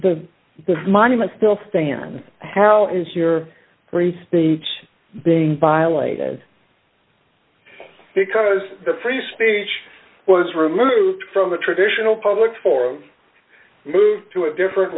to the monument still stands how is your free speech being violated because the free speech was removed from a traditional public forum moved to a different